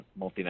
multinational